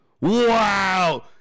Wow